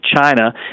China